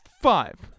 five